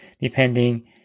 depending